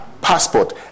passport